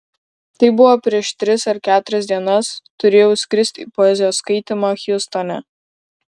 tai buvo prieš tris ar keturias dienas turėjau skristi į poezijos skaitymą hjustone